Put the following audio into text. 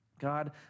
God